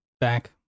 back